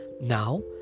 now